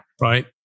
Right